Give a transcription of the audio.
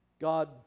God